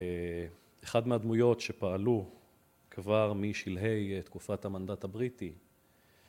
אחד מהדמויות שפעלו כבר משלהי תקופת המנדט הבריטי,